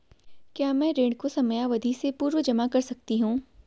क्या मैं ऋण को समयावधि से पूर्व जमा कर सकती हूँ?